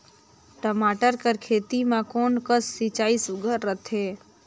टमाटर कर खेती म कोन कस सिंचाई सुघ्घर रथे?